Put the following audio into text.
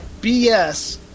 BS